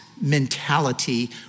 mentality